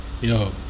Yo